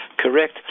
correct